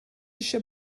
isio